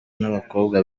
n’abakobwa